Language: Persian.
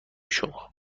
شما